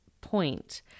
point